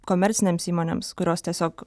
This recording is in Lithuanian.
komercinėms įmonėms kurios tiesiog